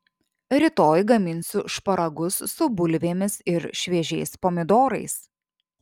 rytoj gaminsiu šparagus su bulvėmis ir šviežiais pomidorais